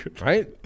Right